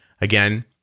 Again